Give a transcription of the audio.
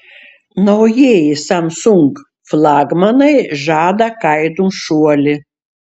naujieji samsung flagmanai žada kainų šuolį